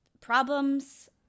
problems